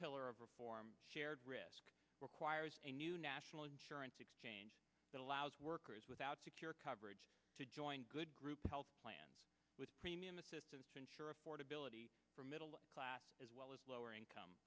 pillar of reform shared risk requires a new national insurance exchange that allows workers without secure coverage to join good group health plans with premium assistance to insure affordability for middle class as well as lower income